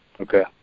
Okay